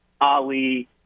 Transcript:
Ali